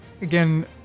again